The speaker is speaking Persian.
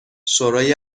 شورای